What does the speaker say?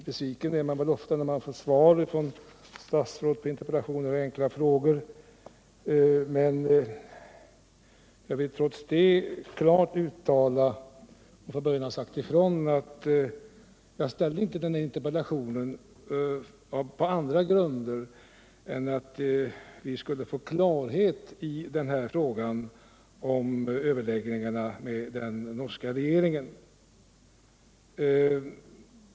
Besviken blir man väl ofta när man från statsråd får svar på interpellationer och frågor, men jag vill trots det klart uttala att jag inte framställt den här interpellationen på andra grunder än att vi skulle få klarhet i frågan om överläggningarna med den norska regeringen.